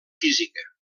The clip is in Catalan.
física